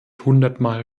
hundertmal